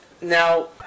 Now